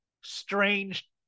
strange